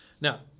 Now